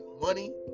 money